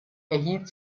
erhielt